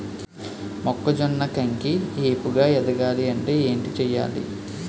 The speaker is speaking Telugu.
మొక్కజొన్న కంకి ఏపుగ ఎదగాలి అంటే ఏంటి చేయాలి?